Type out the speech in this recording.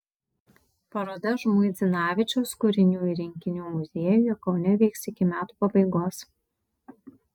paroda žmuidzinavičiaus kūrinių ir rinkinių muziejuje kaune veiks iki metų pabaigos